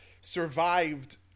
survived